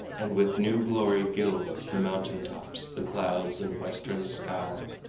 and with new glory gilds the mountain-tops, the clouds and western sky,